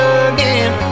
again